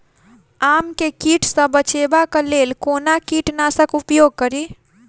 आम केँ कीट सऽ बचेबाक लेल कोना कीट नाशक उपयोग करि?